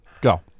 Go